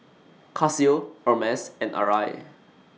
Casio Hermes and Arai